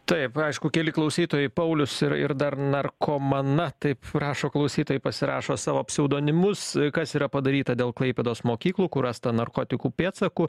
taip aišku keli klausytojai paulius ir ir dar narkomana taip rašo klausytojai pasirašo savo pseudonimus kas yra padaryta dėl klaipėdos mokyklų kur rasta narkotikų pėdsakų